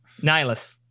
Nihilus